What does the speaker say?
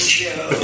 show